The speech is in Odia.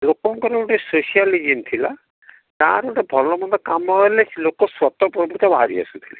ଲୋକଙ୍କର ଗୋଟେ ସ୍ପେଶାଲ୍ ରିଜିନ୍ ଥିଲା ଗାଁର ଗୋଟେ ଭଲ ମନ୍ଦ କାମ ହେଲେ ଲୋକ ସ୍ଵତଃପ୍ରବୁତ ବାହାରି ଆସୁଥିଲେ